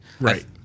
Right